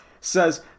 says